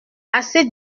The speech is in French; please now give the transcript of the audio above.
assez